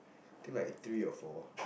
think like three or four